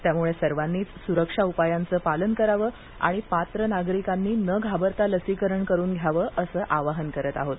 त्यामुळे सर्वांनीच सुरक्षा उपायांचं पालन करावं आणि पात्र नागरिकांनी न घाबरता लसीकरण करून घ्यावं असं आवाहन करत आहोत